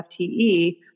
FTE